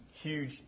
huge